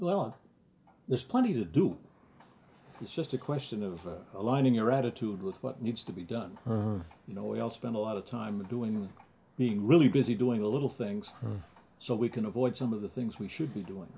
well there's plenty to do it's just a question of aligning your attitude with what needs to be done or you know we all spend a lot of time doing being really busy doing little things so we can avoid some of the things we should be doing